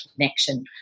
connection